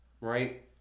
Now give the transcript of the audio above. right